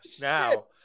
Now